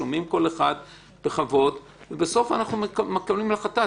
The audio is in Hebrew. אנחנו שומעים כל אחד בכבוד ובסוף מקבלים החלטה.